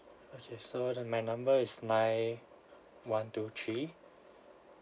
okay so the my number is nine one two three